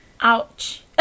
Ouch